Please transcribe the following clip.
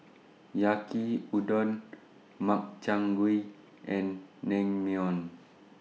Yaki Udon Makchang Gui and Naengmyeon